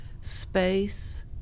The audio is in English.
space